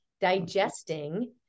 digesting